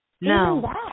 No